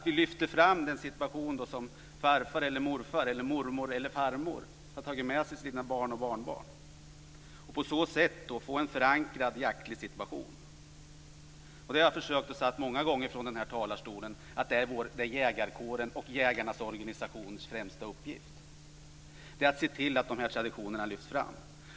Vi lyfter fram den situation som farfar eller morfar eller mormor eller farmor har tagit med sig till sina barn och barnbarn, och på så sätt får vi en förankrad jaktlig situation. Jag har många gånger från denna talarstol sagt att det är jägarkårens och jägarnas organisationers främsta uppgift. Det är att se till att dessa traditioner lyfts fram.